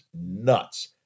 nuts